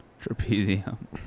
Trapezium